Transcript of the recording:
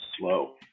slow